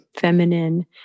feminine